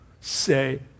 say